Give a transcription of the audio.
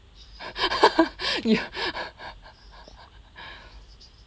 ya